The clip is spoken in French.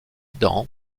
dans